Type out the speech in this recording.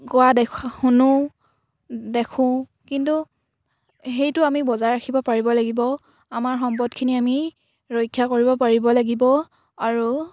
কোৱা দেখা শুনো দেখোঁ কিন্তু সেইটো আমি বজাই ৰাখিব পাৰিব লাগিব আমাৰ সম্পদখিনি আমি ৰক্ষা কৰিব পাৰিব লাগিব আৰু